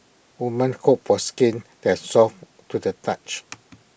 women hope for skin that is soft to the touch